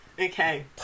Okay